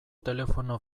telefono